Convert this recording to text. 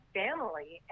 family